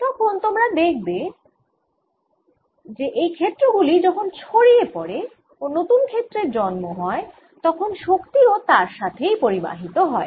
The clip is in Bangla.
তখন আমরা দেখব যে এই ক্ষেত্রগুলি যখন ছড়িয়ে পড়ে ও নতুন ক্ষেত্রের জন্ম হয় তখন শক্তি ও তার সাথেই পরিবাহিত হয়